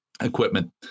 equipment